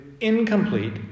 incomplete